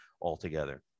altogether